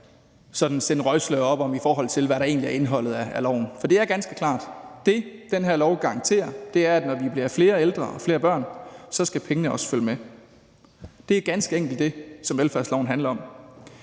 ud, i forhold til hvad der egentlig er indholdet af loven. For det er ganske klart – det, den her lov garanterer, er, at når vi bliver flere ældre og flere børn, skal pengene også følge med. Det er ganske enkelt det, som velfærdsloven handler om.